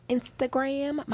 Instagram